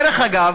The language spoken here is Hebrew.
דרך אגב,